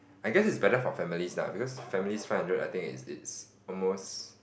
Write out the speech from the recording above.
I guess is better for families lah because families five hundred I think it's it's almost